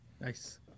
Nice